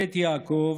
בית יעקב